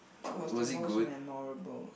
what was the most memorable